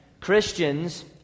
Christians